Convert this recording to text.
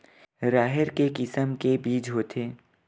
राहेर के किसम के बीज होथे?